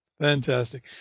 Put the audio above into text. Fantastic